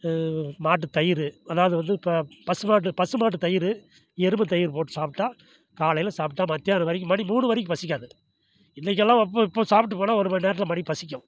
மாட்டு தயிர் அதாவது வந்து இப்போ பசு மாட்டு பசு மாட்டு தயிர் எருமை தயிர் போட்டு சாப்பிட்டா காலையில சாப்பிட்டா மத்தியானம் வரைக்கும் மணி மூணு வரைக்கும் பசிக்காது இன்னைக்கு எல்லாம் ஒப்ப இப்போ சாப்பிட்டு போனால் ஒரு மணி நேரத்தில் மறுபடியும் பசிக்கும்